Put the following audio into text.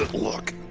look?